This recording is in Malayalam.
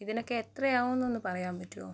ഇതിനൊക്കെ എത്രയാവുന്നൊന്ന് പറയാൻ പറ്റുമോ